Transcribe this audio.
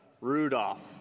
Rudolph